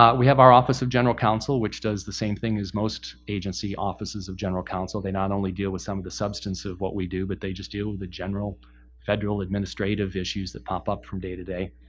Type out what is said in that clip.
we have our office of general counsel which does the same thing as most agency offices of general counsel. they not only deal with some of the substance of what we do but they just deal with the general federal administrative issues that pop up from day to day.